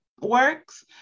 works